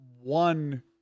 one